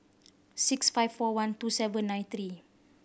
six five four one two seven nine three